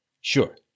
Sure